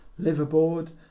liverboard